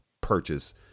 purchase